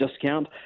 Discount